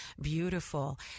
beautiful